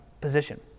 position